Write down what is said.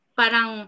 parang